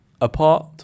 Apart